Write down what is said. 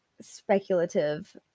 speculative